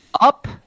up